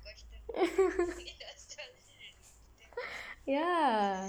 ya